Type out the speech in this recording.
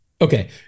Okay